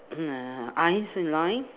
eyes in line